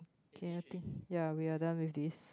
ya ca~ yeah we are done with this